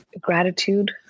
gratitude